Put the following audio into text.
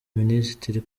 minisiteri